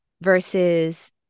versus